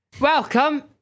Welcome